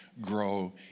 grow